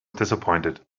disappointed